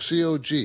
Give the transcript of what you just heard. COG